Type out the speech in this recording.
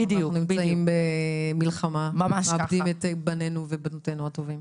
אנחנו נמצאים במלחמה ומאבדים את בנינו ובנותינו הטובים.